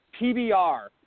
PBR